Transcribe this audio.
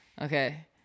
Okay